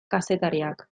kazetariak